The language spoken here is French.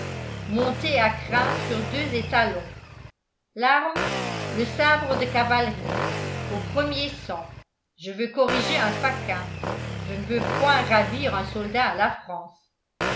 montés à crin sur deux étalons l'arme le sabre de cavalerie au premier sang je veux corriger un faquin je ne veux point ravir un soldat à la france